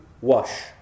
wash